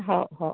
हो हो